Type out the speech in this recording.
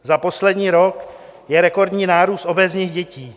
Za poslední rok je rekordní nárůst obézních dětí.